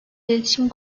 iletişim